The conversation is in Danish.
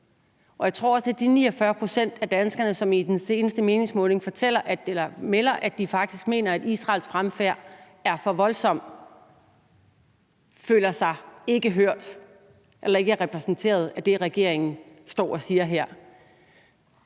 Og jeg tror også, at de 49 pct. af danskerne, som i den seneste meningsmåling melder, at de faktisk mener, at Israels fremfærd er for voldsom, ikke føler sig hørt eller repræsenteret af det, regeringspartierne står og siger her.